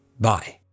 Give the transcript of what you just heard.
Bye